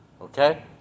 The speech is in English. Okay